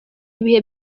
ibihe